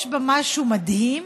יש בה משהו מדהים